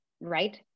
right